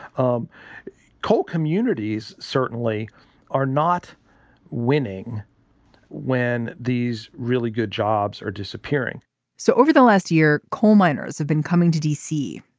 um coal communities certainly are not winning when these really good jobs are disappearing so over the last year coal miners have been coming to d c.